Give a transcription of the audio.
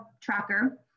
tracker